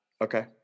okay